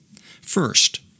First